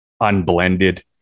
unblended